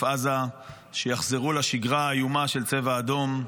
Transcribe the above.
עזה שיחזרו לשגרה האיומה של צבע אדום,